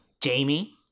Jamie